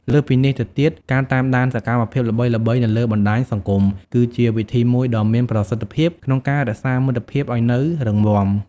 លើសពីនេះទៅទៀត ការតាមដានសកម្មភាពល្បីៗនៅលើបណ្ដាញសង្គមគឺជាវិធីមួយដ៏មានប្រសិទ្ធភាពក្នុងការរក្សាមិត្តភាពឲ្យនៅរឹងមាំ។